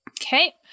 Okay